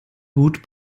gut